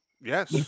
Yes